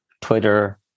Twitter